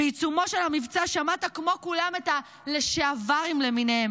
שמעת בעיצומו של המבצע כמו כולם את הלשעברים למיניהם